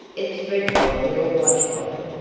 it's dreadful on your watch pocket.